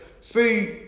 see